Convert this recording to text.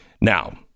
Now